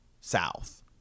south